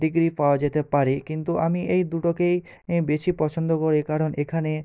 degree পাওয়া যেতে পারে কিন্তু আমি এই দুটোকেই বেশি পছন্দ করি কারণ এখানে